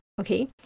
okay